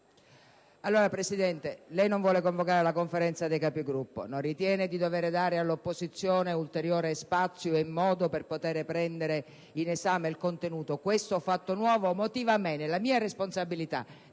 signor Presidente, lei non vuole convocare la Conferenza dei Capigruppo e non ritiene di dover dare all'opposizione ulteriore spazio e modo per poter prendere in esame il contenuto. Questo fatto nuovo motiva me, nella mia responsabilità